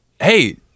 Hey